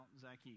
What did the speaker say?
Zacchaeus